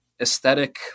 aesthetic